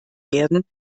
werden